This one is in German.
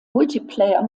multiplayer